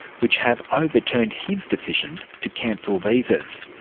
which have overturned his decision to cancel visas.